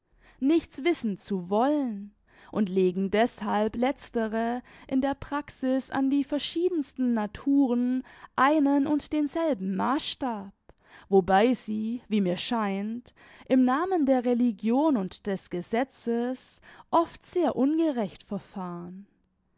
nichts wissen zu wollen und legen deßhalb letztere in der praxis an die verschiedensten naturen einen und denselben maaßstab wobei sie wie mir scheint im namen der religion und des gesetzes oft sehr ungerecht verfahren